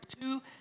two